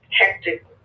hectic